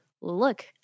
look